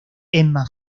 emma